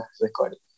recording